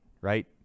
right